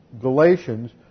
Galatians